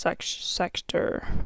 Sector